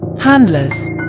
handlers